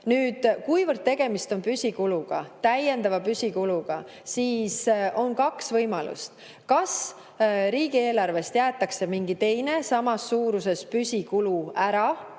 Nüüd, kuivõrd tegemist on püsikuluga, täiendava püsikuluga, siis on kaks võimalust: kas riigieelarvest jäetakse mingi teine samas suuruses aastane püsikulu ära